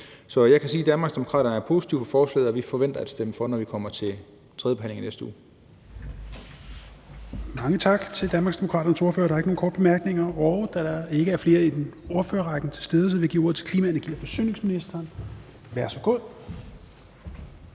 Så jeg kan sige, at Danmarksdemokraterne er positive over for lovforslaget, og vi forventer at stemme for, når vi kommer til tredjebehandlingen i næste uge.